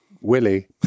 Willie